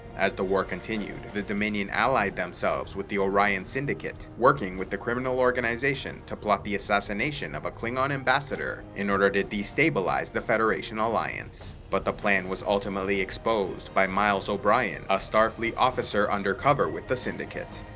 as the war continued, the dominion allied themselves with the orion syndicate, working with the criminal organization to plot the assassination a klingon ambassador in order to destabilized the federation alliance. but the plan was ultimately exposed by miles o'brien, a starfleet officer undercover with the syndicate.